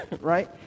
right